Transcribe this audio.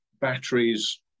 batteries